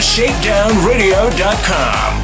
ShakedownRadio.com